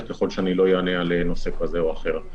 ככל שאני לא אענה על נושא כזה או אחר.